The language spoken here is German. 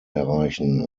erreichen